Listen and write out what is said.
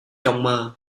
trong